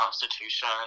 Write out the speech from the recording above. Constitution